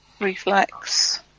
Reflex